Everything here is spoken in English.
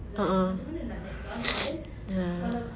uh uh ya